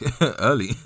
Early